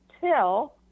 till